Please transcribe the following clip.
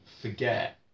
forget